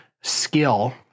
skill